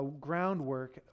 groundwork